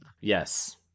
Yes